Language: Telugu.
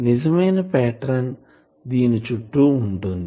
నిజమైన పాటర్న్ దీని చుట్టూ ఉంటుంది